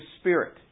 Spirit